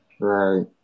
Right